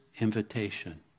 invitation